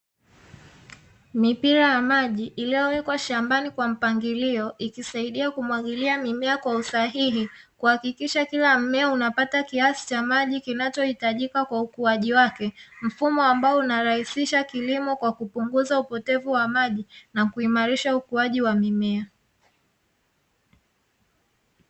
Mipira ya maji iliyowekwa shambani kwa mpangilio ikisaidia kumwagilia mimea kwa usahihi, kuhakikisha kila mmea unapata kiasi cha maji kwa kupunguza upotevu wa maji na kuimarisha ukuaji wa mimea.